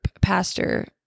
pastor